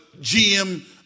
GM